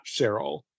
Cheryl